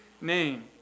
name